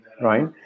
right